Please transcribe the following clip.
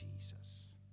Jesus